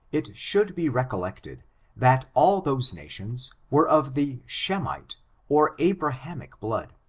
it should be recollected that all those nations were of the shemite or abrahamic blood,